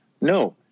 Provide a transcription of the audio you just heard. No